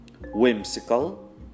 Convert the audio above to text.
whimsical